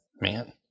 Man